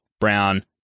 brown